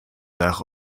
nach